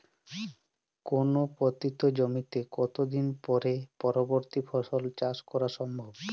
কোনো পতিত জমিতে কত দিন পরে পরবর্তী ফসল চাষ করা সম্ভব?